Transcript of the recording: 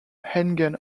handgun